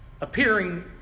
appearing